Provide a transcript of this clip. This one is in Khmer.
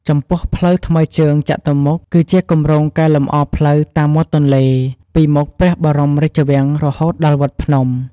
ចំពោះផ្លូវថ្មើរជើងចតុមុខ គឺជាគម្រោងកែលម្អផ្លូវតាមមាត់ទន្លេ ពីមុខព្រះបរមរាជវាំង រហូតដល់វត្តភ្នំ។